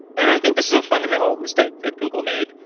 and i think this is a fundamental mistake that google made.